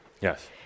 Yes